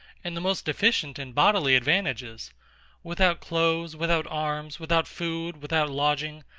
and the most deficient in bodily advantages without clothes, without arms, without food, without lodging,